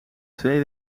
twee